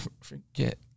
forget